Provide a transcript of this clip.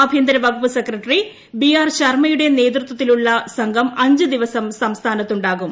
ആഭ്യന്ത്രപ്പുകുപ്പു secretary B R Sharma യുടെ നേതൃത്വത്തിലുള്ള സ്ംഘം അഞ്ച് ദിവസം സംസ്ഥാനത്തു ണ്ടാകും